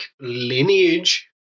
lineage